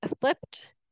flipped